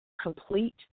complete